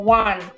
one